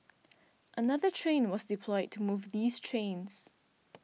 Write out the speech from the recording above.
another train was deployed to move these trains